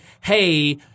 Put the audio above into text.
hey